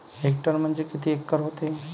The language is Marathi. हेक्टर म्हणजे किती एकर व्हते?